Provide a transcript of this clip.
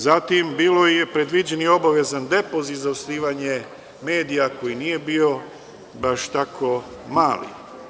Zatim, bio je predviđen i obavezan depozit za osnivanja medija koji nije bio baš tako mali.